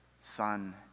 Son